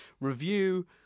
review